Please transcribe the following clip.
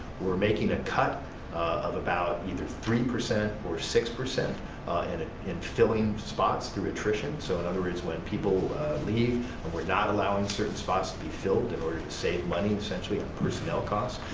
we're making a cut of about either three percent or six percent and ah in filling spots through attrition. so, in other words, when people leave and we're not allowing certain spots to be filled in order to save money essentially on personnel cost.